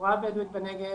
בפזורה הבדואית בנגב,